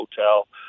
hotel